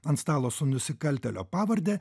ant stalo su nusikaltėlio pavarde